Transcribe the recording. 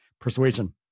persuasion